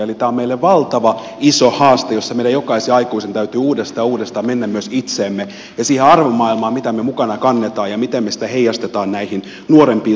eli tämä on meille valtava iso haaste jossa meidän jokaisen aikuisen täytyy uudestaan ja uudestaan mennä myös itseemme ja siihen arvomaailmaan mitä me mukana kannamme ja miten me sitä heijastamme näihin nuorempiin sukupolviin